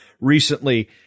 recently